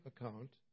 account